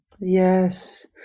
Yes